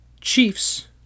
Chiefs